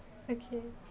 okay